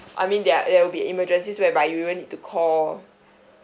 I mean they're there'll be emergencies whereby you will need to call